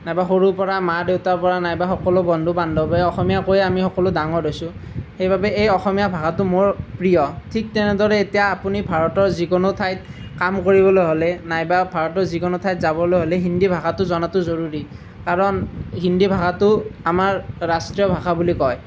নাইবা সৰুৰ পৰা মা দেউতাৰ পৰা নাইবা সকলো বন্ধু বান্ধৱে অসমীয়া কৈয়ে আমি সকলো ডাঙৰ হৈছোঁ সেইবাবে এই অসমীয়া ভাষাটো মোৰ প্ৰিয় ঠিক তেনেদৰে এতিয়া আপুনি ভাৰতৰ যিকোনো ঠাইত কাম কৰিবলৈ হ'লে নাইবা ভাৰতৰ যিকোনো ঠাইত যাবলৈ হ'লে হিন্দী ভাষাটো জনাটো জৰুৰী কাৰণ হিন্দী ভাষাটো আমাৰ ৰাষ্ট্ৰীয় ভাষা বুলি কয়